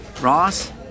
Ross